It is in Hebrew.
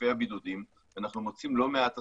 והיקפי הבידודים אנחנו מוצאים לא מעט עסקים,